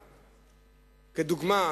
לדוגמה,